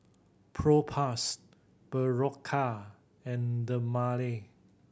Propass Berocca and Dermale